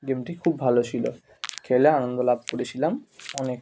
গেমটি খুব ভালো ছিল খেলে আনন্দ লাভ করেছিলাম অনেক